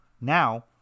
now